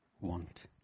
want